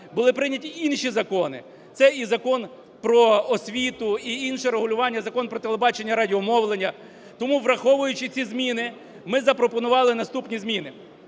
були прийняті інші закони. Це і Закон "Про освіту" і інше регулювання – Закон "Про телебачення і радіомовлення". Тому, враховуючи ці зміни, ми запропонували наступні зміни.